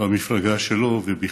במפלגה שלו, ובכלל,